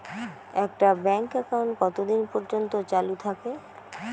একটা bank account কতদিন পর্যন্ত চালু থাকে?